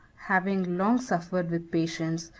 having long suffered with patience,